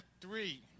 three